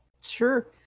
sure